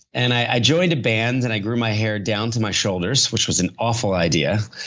and i joined a band and i grew my hair down to my shoulders, which was an awful idea.